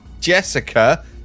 Jessica